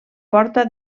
porta